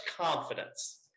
confidence